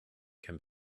can